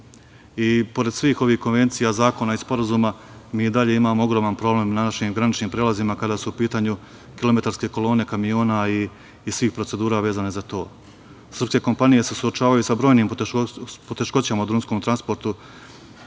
EU.Pored svih ovih konvencija zakona i sporazuma, mi i dalje imamo ogroman problem na našim graničnim prelazima kada su u pitanju kilometarske kolone kamiona i svih procedura vezanih za to. Srpske kompanije se suočavaju sa brojnim poteškoćama u drumskom transportu